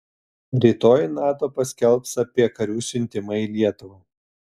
rytoj nato paskelbs apie karių siuntimą į lietuvą